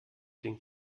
den